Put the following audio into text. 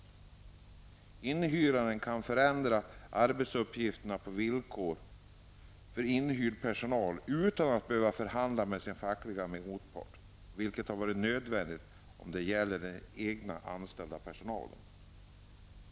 Inhyraren kan förändra arbetsuppgifter och villkor för inhyrd personal utan att behöva förhandla med sin fackliga motpart, vilket hade varit nödvändigt om det hade gällt egen anställd personal.